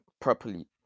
properly